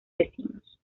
vecinos